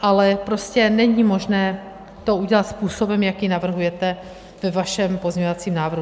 Ale prostě není možné to udělat způsobem, jaký navrhujete ve vašem pozměňovacím návrhu.